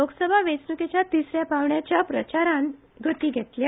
लोकसभा वेंचणुकेच्या तिसऱ्या पावंड्याच्या प्रचारान गती घेतल्या